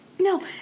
No